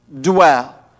dwell